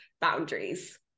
boundaries